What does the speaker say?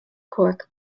cork